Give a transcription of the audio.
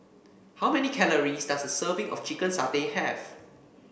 how many calories does a serving of Chicken Satay have